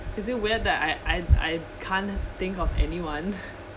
is it weird that I I I can't think of anyone